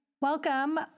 Welcome